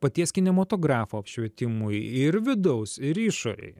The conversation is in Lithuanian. paties kinematografo apšvietimui ir vidaus ir išorėje